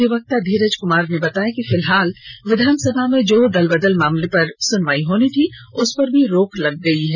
अधिवक्ता धीरज कुमार ने बताया कि फिलहाल विधानसभा में जो दलबदल मामले पर सुनवाई होनी थी उस पर भी रोक लग गई है